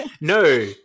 No